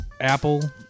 Apple